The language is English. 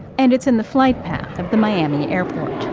and it's in the flight path of the miami airport